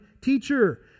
teacher